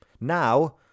Now